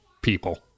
people